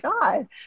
god